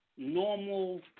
normal